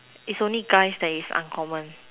is only guys that is uncommon